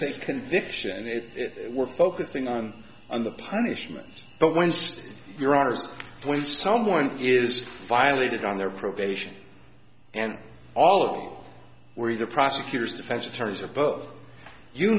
say conviction and we're focusing on on the punishment but winced you're ours when someone is violated on their probation and all of them were either prosecutors defense attorneys or both you